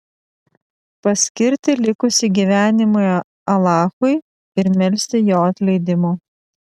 paskirti likusį gyvenimą alachui ir melsti jo atleidimo